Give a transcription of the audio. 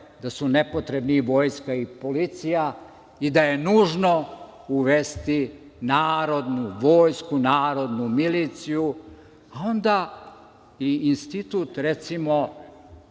da su nepotrebni i vojska i policija i da je nužno uvesti narodnu vojsku, narodnu miliciju, a onda i institut, recimo,